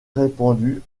répandue